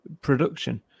production